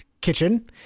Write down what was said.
kitchen